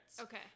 Okay